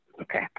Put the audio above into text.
Okay